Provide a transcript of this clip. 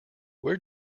where